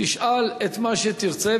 תשאל את מה שתרצה,